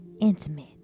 intimate